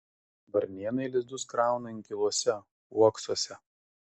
varnėnai lizdus krauna inkiluose uoksuose